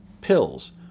pills